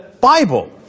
Bible